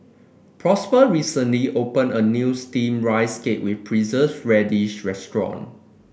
Prosper recently opened a new steamed Rice Cake with radish restaurant